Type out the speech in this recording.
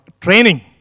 training